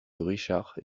richard